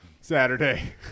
Saturday